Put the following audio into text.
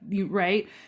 right